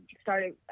started